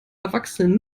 erwachsene